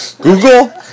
Google